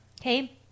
Okay